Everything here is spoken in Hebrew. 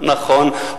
נכון.